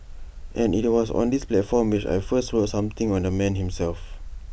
and IT was on this platform which I first wrote something on the man himself